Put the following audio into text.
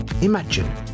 Imagine